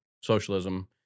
socialism